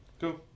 Cool